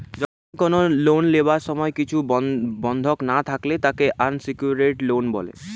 যখন কোনো লোন লিবার সময় কিছু বন্ধক না থাকলে তাকে আনসেক্যুরড লোন বলে